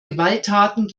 gewalttaten